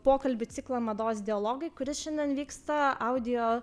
pokalbių ciklą mados ideologai kuris šiandien vyksta audio